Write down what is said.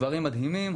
דברים מדהימים,